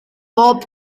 bob